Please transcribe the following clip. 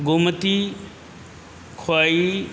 गोमती ख्वयी